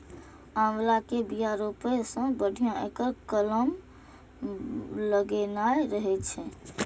आंवला के बिया रोपै सं बढ़िया एकर कलम लगेनाय रहै छै